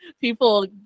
people